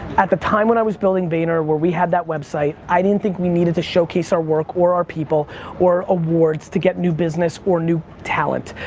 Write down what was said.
at the time, when i was building vayner where we had that website, i didn't think we needed to showcase our work or our people or awards to get new business or new talent.